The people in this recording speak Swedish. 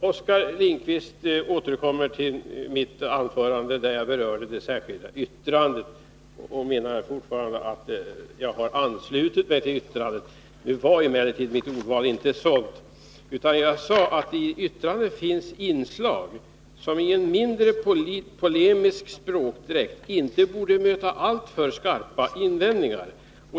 Oskar Lindkvist återkommer till mitt anförande, där jag berörde det särskilda yttrandet, och menar att jag har anslutit mig till yttrandet. Mitt ordval var emellertid inte sådant, att man kan dra den slutsatsen. Jag sade att i det särskilda yttrandet finns inslag som i en mindre polemisk språkdräkt inte borde möta alltför skarpa invändningar.